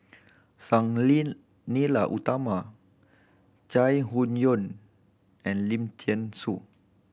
Sang Ling Nila Utama Chai Hon Yoong and Lim Thean Soo